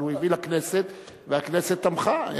אבל הוא הביא לכנסת, והכנסת תמכה.